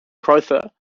crowther